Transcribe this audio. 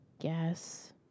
guess